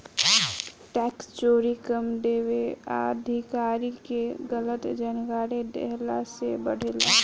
tax चोरी कम देवे आ अधिकारी के गलत जानकारी देहला से बढ़ेला